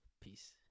Peace